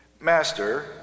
Master